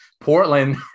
Portland